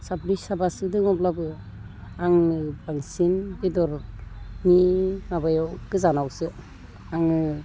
साब्रै साबासो दङब्लाबो आङो बांसिन बेदरनि माबायाव गोजानावसो आङो